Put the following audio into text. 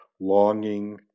longing